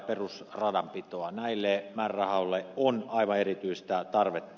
näille määrärahoille on aivan erityistä tarvetta